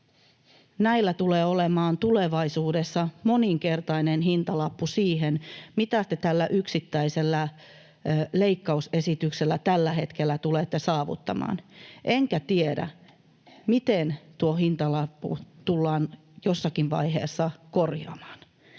tulee olemaan tulevaisuudessa moninkertainen hintalappu siihen nähden, mitä te tällä yksittäisellä leikkausesityksellä tällä hetkellä tulette saavuttamaan. Enkä tiedä, miten tuo hintalappu tullaan jossakin vaiheessa korjaamaan.